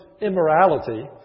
immorality